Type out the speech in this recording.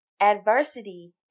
adversity